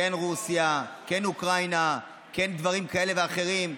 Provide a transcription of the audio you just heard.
כן רוסיה, כן אוקראינה, כן דברים כאלה ואחרים,